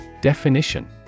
Definition